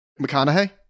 McConaughey